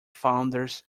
founders